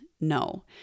No